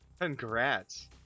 Congrats